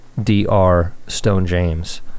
drstonejames